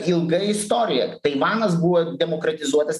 ilga istorija taivanas buvo demokratizuotas